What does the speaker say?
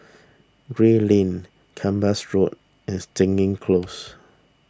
Gray Lane Kempas Road and Stangee Close